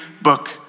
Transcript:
book